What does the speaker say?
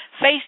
Face